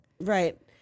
Right